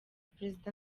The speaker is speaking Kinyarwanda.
perezida